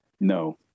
No